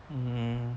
mm